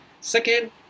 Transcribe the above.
second